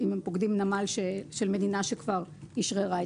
אם הם פוקדים נמל של מדינה שכבר אשררה.